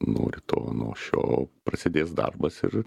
nori to ano šio prasidės darbas ir